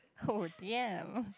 oh damn